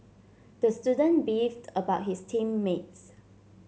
the student beefed about his team mates